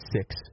six